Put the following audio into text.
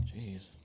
Jeez